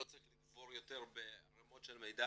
לא צריך לנבור יותר בערימות של מידע